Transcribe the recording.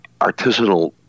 artisanal